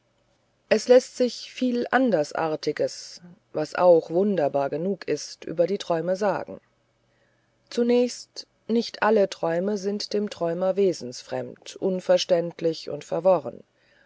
es läßt sich viel andersartiges was auch wunderbar genug ist über die träume sagen zunächst nicht alle träume sind dem träumer wesensfremd unverständlich und verworren